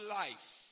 life